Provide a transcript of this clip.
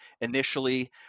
initially